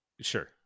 sure